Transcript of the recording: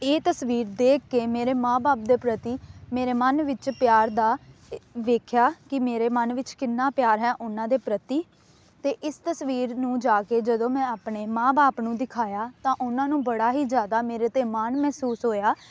ਇਹ ਤਸਵੀਰ ਦੇਖ ਕੇ ਮੇਰੇ ਮਾਂ ਬਾਪ ਦੇ ਪ੍ਰਤੀ ਮੇਰੇ ਮਨ ਵਿੱਚ ਪਿਆਰ ਦਾ ਵੇਖਿਆ ਕਿ ਮੇਰੇ ਮਨ ਵਿੱਚ ਕਿੰਨਾਂ ਪਿਆਰ ਹੈ ਉਹਨਾਂ ਦੇ ਪ੍ਰਤੀ ਅਤੇ ਇਸ ਤਸਵੀਰ ਨੂੰ ਜਾ ਕੇ ਜਦੋਂ ਮੈਂ ਆਪਣੇ ਮਾਂ ਬਾਪ ਨੂੰ ਦਿਖਾਇਆ ਤਾਂ ਉਹਨਾਂ ਨੂੰ ਬੜਾ ਹੀ ਜ਼ਿਆਦਾ ਮੇਰੇ 'ਤੇ ਮਾਣ ਮਹਿਸੂਸ ਹੋਇਆ